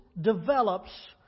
develops